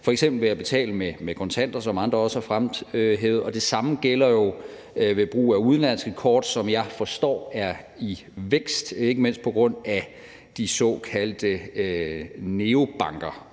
f.eks. ved at betale med kontanter, som andre også har fremhævet. Og det samme gælder jo ved brug af udenlandske kort, som jeg forstår er i vækst, ikke mindst på grund af de såkaldte neobanker.